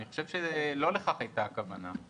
אני חושב שלא לכך הייתה הכוונה.